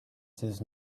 does